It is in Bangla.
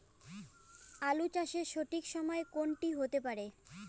আলু চাষের সঠিক সময় কোন টি হতে পারে?